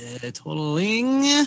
totaling